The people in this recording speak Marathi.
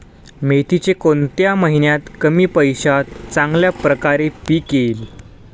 मेथीचे कोणत्या महिन्यात कमी पैशात चांगल्या प्रकारे पीक येईल?